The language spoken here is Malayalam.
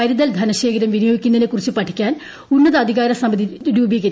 കരുതൽ ധനശേഖരം പ്രീനിയോഗിക്കുന്നതിനെക്കുറിച്ച് പഠിക്കാൻ ഉന്നതാധികാര സമിതി രൂപീകരിക്കും